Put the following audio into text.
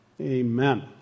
Amen